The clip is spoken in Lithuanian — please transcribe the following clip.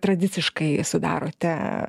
tradiciškai sudarote